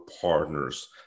partners